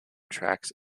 tracks